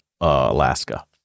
Alaska